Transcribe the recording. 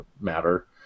Matter